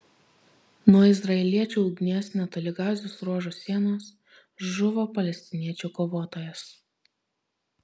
nuo izraeliečių ugnies netoli gazos ruožo sienos žuvo palestiniečių kovotojas